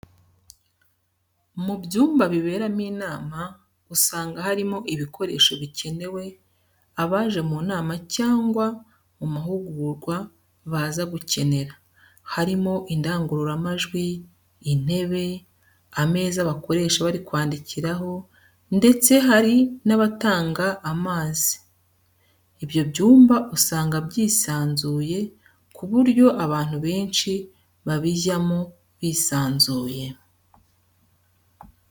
Mu byumba biberamo inama, usanga harimo ibikoresho bikenewe abaje mu nama cyangwa mu mahugurwa baza gukenera, harimo indangururamajwi, intebe, ameza bakoresha bari kwandikiraho ndetse hari n'abatanga amazi. Ibyo byumba usanga byisanzuye ku buryo abantu benshi babijyamo bisanzuye.